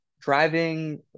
driving